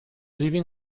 leaving